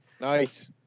Nice